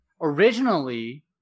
originally